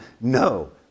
no